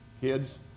kids